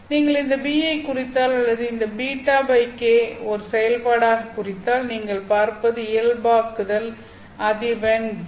நீங்கள் இந்த b ஐ குறித்தால் அல்லது இந்த β k ஐ ஒரு செயல்பாடாக குறித்தால் நீங்கள் பார்ப்பது இயல்பாக்குதல் அதிர்வெண் V